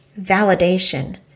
validation